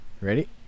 Ready